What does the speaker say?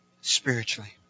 spiritually